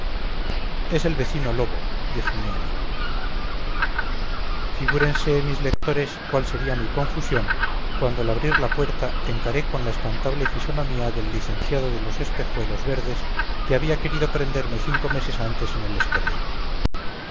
es el vecino lobo dijo mi ama figúrense mis lectores cuál sería mi confusión cuando al abrir la puerta encaré con la espantable fisonomía del licenciado de los espejuelos verdes que había querido prenderme cinco meses antes en el escorial